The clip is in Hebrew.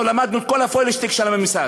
אנחנו למדנו את כל הפוילעשטיק של הממסד.